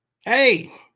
Hey